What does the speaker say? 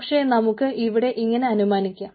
പക്ഷേ നമുക്ക് ഇവിടെ ഇങ്ങനെ അനുമാനിക്കാം